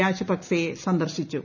രാജപക്സെയെ സന്ദർശിച്ചു